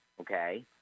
okay